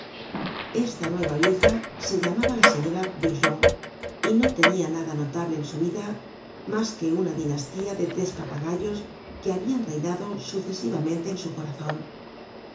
esta nueva vieja se llamaba la señora burgon y no tenia nada notable en su vida mas que una dinastía de tres papagayos que habian reinado sucesivamente en su corazon